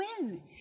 win